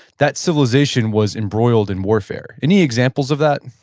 that civilization was embroiled in warfare. any examples of that?